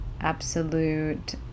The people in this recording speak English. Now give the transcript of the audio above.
absolute